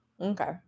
Okay